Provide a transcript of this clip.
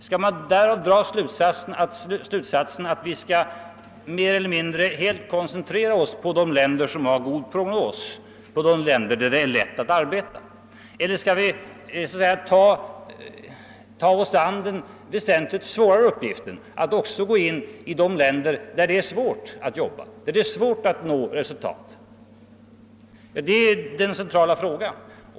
Skall man därav dra slutsatsen att vi mer eller mindre helt skall koncentrera oss på de länder som har en god prognos d.v.s. där det är lätt att arbeta, eller skall vi också engagera oss i de länder där det är svårt att uppnå ett resultat? Dessa frågor är centrala.